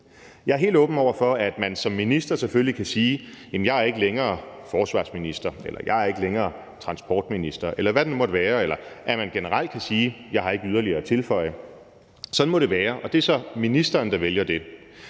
Jeg er helt åben over for, at man som minister selvfølgelig kan sige, at man ikke længere er forsvarsminister, eller at man ikke længere er transportminister, eller hvad det nu måtte være, eller at man generelt kan sige: Jeg har ikke yderligere at tilføje. Sådan må det være, og det er så ministeren, der vælger det,